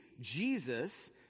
Jesus